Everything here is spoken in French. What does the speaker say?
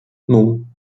non